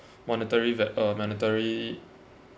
monetary va~ uh monetary